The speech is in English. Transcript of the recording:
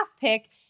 pick